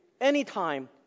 anytime